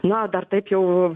na dar taip jau